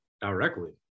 directly